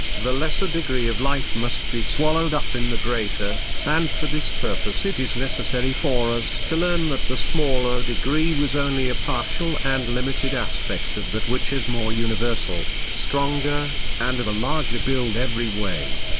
the lesser degree of life must be swallowed up in the greater and for this purpose it is necessary for us to learn that the smaller degree was only a partial and limited aspect of that which is more universal, stronger, and of a larger build every way.